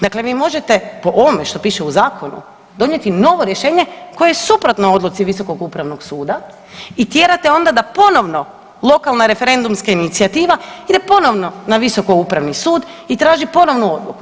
Dakle, vi možete po ovome što piše u zakonu donijeti novo rješenje koje je suprotno odluci Visokog upravnog suda i tjerate onda da ponovno lokalna referendumska inicijativa ide ponovno na Visoki upravni sud i traži ponovnu odluku.